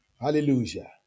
Hallelujah